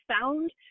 found